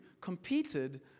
competed